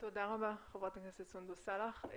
תודה רבה, חברת הכנסת סונדוס סאלח.